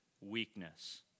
weakness